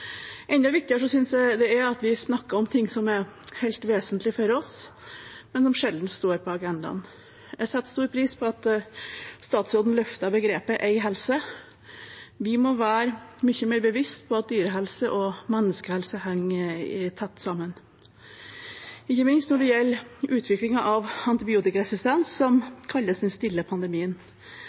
Enda viktigere syns jeg det er at vi snakker om ting som er helt vesentlig for oss, men som sjelden står på agendaen. Jeg setter stor pris på at statsråden løftet begrepet Én helse. Vi må være mye mer bevisst på at dyrehelse og menneskehelse henger tett sammen, ikke minst når det gjelder utviklingen av antibiotikaresistens, som kalles den stille pandemien.